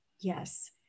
Yes